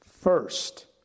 first